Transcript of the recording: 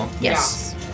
Yes